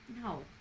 no